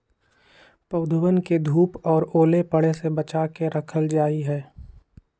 पौधवन के धूप और ओले पड़े से बचा के रखल जाहई